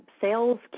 sales